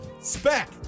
Spec